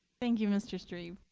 thank you, mr. street.